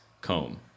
comb